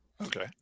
Okay